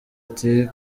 ati